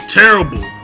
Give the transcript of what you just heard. terrible